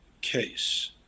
case